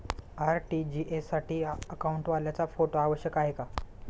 RTGS साठी अकाउंटवाल्याचा photo आवश्यक आहे का?